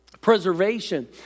Preservation